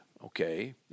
Okay